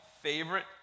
favorite